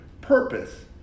purpose